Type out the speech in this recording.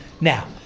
Now